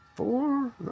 Four